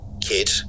Kid